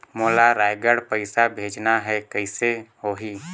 मोला रायगढ़ पइसा भेजना हैं, कइसे होही?